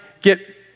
get